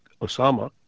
Osama